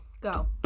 Go